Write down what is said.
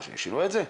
שינו את זה?